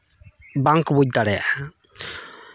ᱵᱟᱝᱠᱚ ᱵᱩᱡᱽ ᱫᱟᱲᱮᱭᱟᱜᱼᱟ